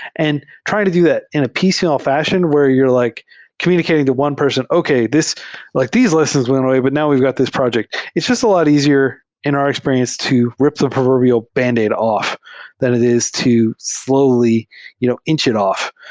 and trying to do that in a piecemeal fashion where you're like communicating to one person, okay. like these lessons went away, but now we've got this project. it's jus t a lot easier in our experience to rip the proverbial band-aid off than it is to slowly you know inch it off.